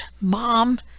mom